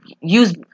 Use